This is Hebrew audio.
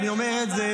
אני אומר את זה,